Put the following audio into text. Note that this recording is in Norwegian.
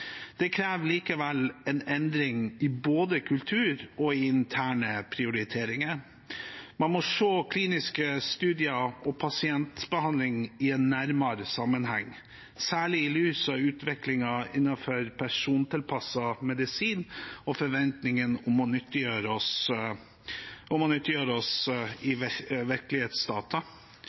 Det krever likevel en endring i både kultur og interne prioriteringer. Man må se kliniske studier og pasientbehandling i en nærmere sammenheng, særlig i lys av utviklingen innenfor persontilpasset medisin og forventningen om å nyttiggjøre